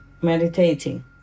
meditating